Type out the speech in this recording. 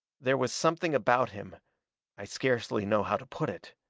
there was something about him i scarcely know how to put it.